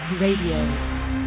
Radio